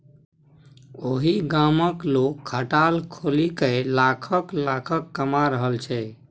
ओहि गामक लोग खटाल खोलिकए लाखक लाखक कमा रहल छै